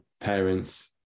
parents